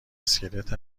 اسکلت